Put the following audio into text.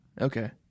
Okay